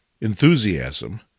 enthusiasm